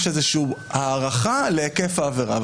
יש הערכה להיקף העבירה.